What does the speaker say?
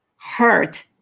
hurt